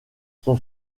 son